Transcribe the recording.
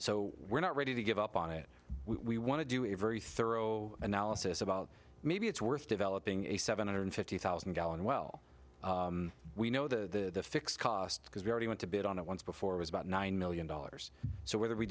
so we're not ready to give up on it we want to do a very thorough analysis about maybe it's worth developing a seven hundred fifty thousand gallon well we know the fixed cost because we already went to bid on it once before was about nine million dollars so whether we